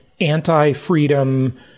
anti-freedom